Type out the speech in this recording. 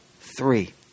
three